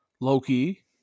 Loki